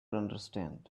understand